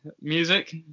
music